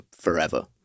forever